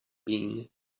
being